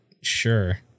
sure